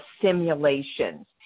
simulations